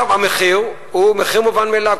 המחיר הוא מחיר מובן מאליו,